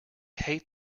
hate